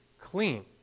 clean